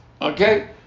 okay